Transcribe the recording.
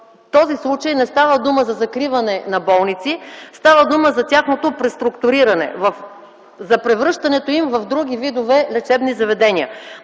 този случай не става дума за закриване на болници, става дума за тяхното преструктуриране, за превръщането им в други видове лечебни заведения.